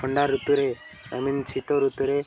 ଥଣ୍ଡା ଋତୁରେ I mean ଶୀତଋତୁରେ